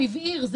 הוא הבהיר,